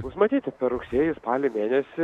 bus matyti per rugsėjį spalį mėnesį